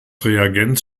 reagenz